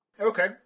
Okay